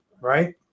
right